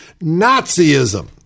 Nazism